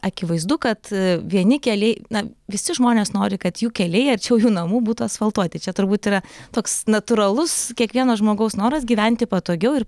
akivaizdu kad vieni keliai na visi žmonės nori kad jų keliai arčiau jų namų būtų asfaltuoti čia turbūt yra toks natūralus kiekvieno žmogaus noras gyventi patogiau ir